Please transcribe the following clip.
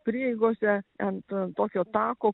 prieigose ant tokio tako